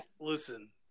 Listen